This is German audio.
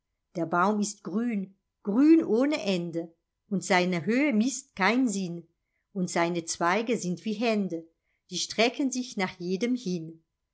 der baum ist grün grün ohne ende und seine höhe mißt kein sinn und seine zweige sind wie hände die strecken sich nach jedem hin